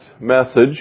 message